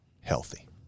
healthy